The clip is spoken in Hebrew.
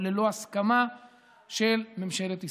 ללא הסכמה של ממשלת ישראל.